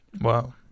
Wow